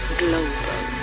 global